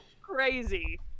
crazy